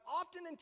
often